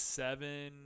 seven